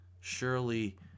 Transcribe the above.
Surely